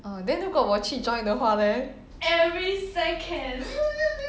oh then 如果我去 join 的话 leh